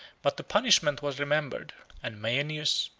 but the punishment was remembered and maeonius,